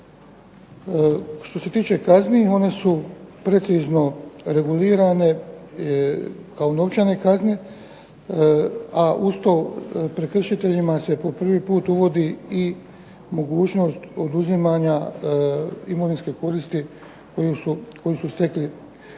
Što se tiče kazni, one su precizno regulirane kao novčane kazne, a uz to prekršiteljima se po prvi puta uvodi i mogućnosti oduzimanja imovinske koristi koje su stekli i